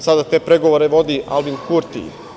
Sada te pregovore vodi Albin Kurti.